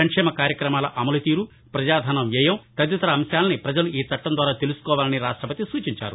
సంక్షేమ కార్యక్రమాల అమలుతీరు పజాధనం వ్యయం తదితర అంశాలను పజలు ఈ చట్టం ద్వారా తెలుసుకోవాలని రాష్టపతి సూచించారు